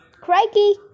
Crikey